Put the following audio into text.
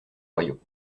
royaux